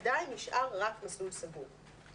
עדיין נשאר רק מסלול סגור.